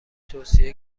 توصیه